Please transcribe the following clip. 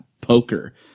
poker